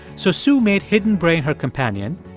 so sue made hidden brain her companion.